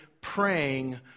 praying